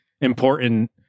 important